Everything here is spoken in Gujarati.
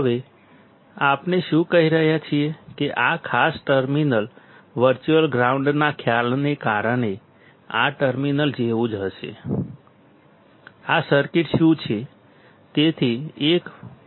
હવે આપણે શું કહી રહ્યા છીએ કે આ ખાસ ટર્મિનલ વર્ચ્યુઅલ ગ્રાઉન્ડના ખ્યાલને કારણે આ ટર્મિનલ જેવું જ હશે આ સર્કિટ શું છે